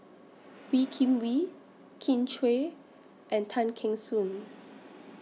Wee Kim Wee Kin Chui and Tay Kheng Soon